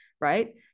right